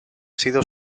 sido